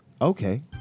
okay